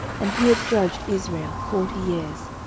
and he had judged israel forty years.